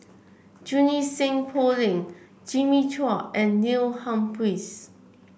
Junie Sng Poh Leng Jimmy Chua and Neil Humphreys